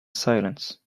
silence